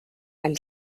and